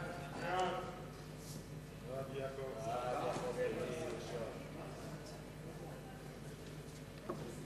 ההצעה להעביר את הצעת חוק דיור מוגן (הבטחת